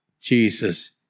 Jesus